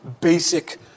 basic